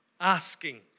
asking